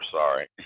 sorry